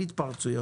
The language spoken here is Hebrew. התפרצויות.